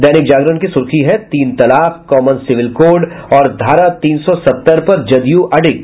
दैनिक जागरण की सुर्खी है तीन तलाक कॉमन सिविल कोड और धारा तीन सौ सत्तर पर जदयू अडिग